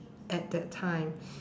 at that time